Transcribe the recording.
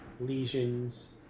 lesions